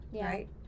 right